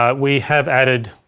ah we have added